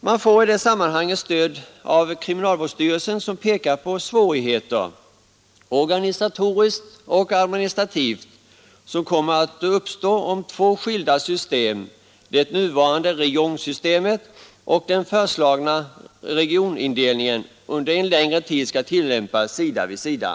Man får i det sammanhanget stöd av kriminalvårdsstyrelsen som pekar på svårigheter — organisatoriskt och administrativt — som kommer att uppstå om två skilda system, det nuvarande räjongsystemet och den föreslagna regionindelningen, under en längre tid skall tillämpas sida vid sida.